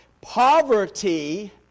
poverty